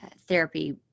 therapy